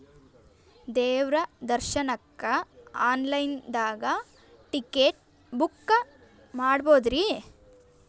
ದೇವ್ರ ದರ್ಶನಕ್ಕ online ದಾಗ ಟಿಕೆಟ ಬುಕ್ಕ ಮಾಡ್ಬೊದ್ರಿ?